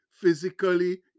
physically